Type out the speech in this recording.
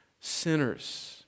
sinners